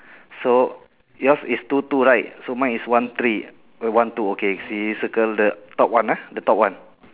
so yours is two two right so mine is one three one two okay so you circle the top one ah the top one